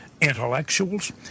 intellectuals